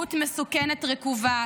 למנהיגות מסוכנת, רקובה,